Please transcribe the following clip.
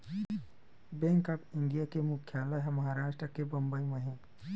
bank of India के मुख्यालय ह महारास्ट के बंबई म हे